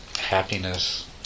happiness